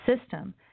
system